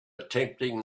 attempting